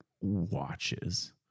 watches